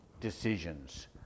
decisions